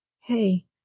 Hey